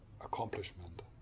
accomplishment